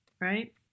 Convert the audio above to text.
right